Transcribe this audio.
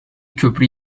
köprü